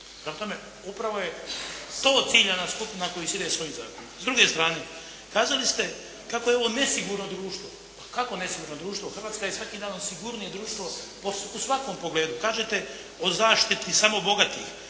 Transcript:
Prema tome, upravo je to ciljana skupina na koju se ide sa ovim zakonom. S druge strane kazali ste kako je ovo nesigurno društvo. Pa kako nesigurno društvo? Hrvatska je svakim danom sigurnije društvo u svakom pogledu. Kažete o zaštiti samo bogatih.